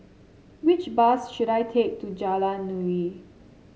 which bus should I take to Jalan Nuri